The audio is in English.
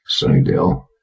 Sunnydale